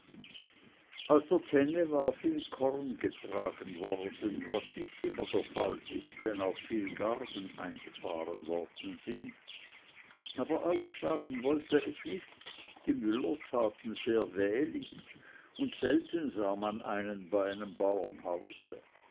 aus der tenne war viel korn getragen worden was nicht immer der fall ist wenn auch viel garben eingefahren worden sind aber aufschlagen wollte es nicht die müller taten sehr wählig und selten sah man einen bei einem